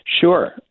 Sure